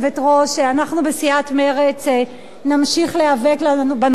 אנחנו בסיעת מרצ נמשיך להיאבק בנושא הזה.